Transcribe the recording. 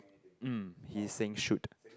um he is saying shoot